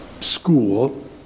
school